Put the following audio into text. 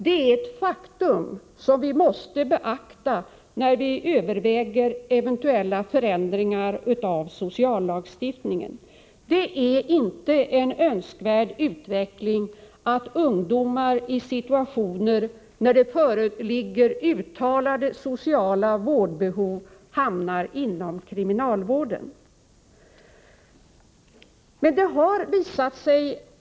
Det är ett faktum som vi måste beakta när vi överväger eventuella förändringar i sociallagstiftningen. Det är inte en önskvärd utveckling att ungdomar i situationer där det föreligger uttalade sociala vårdbehov hamnar inom kriminalvården.